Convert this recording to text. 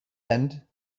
end